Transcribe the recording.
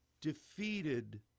defeated